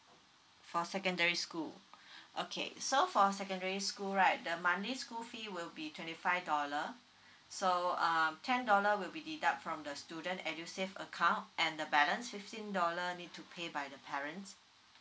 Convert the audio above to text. for secondary school okay so for secondary school right the monthly school fee will be twenty five dollar so um ten dollar will be deduct from the student edusave account and the balance fifteen dollar need to pay by the parents